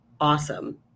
Awesome